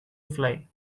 fly